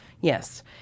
Yes